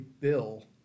bill